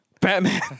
Batman